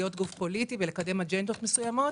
להיות גוף פוליטי ולקדם אג'נדות מסוימות